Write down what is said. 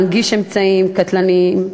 הנגשה של אמצעים קטלניים,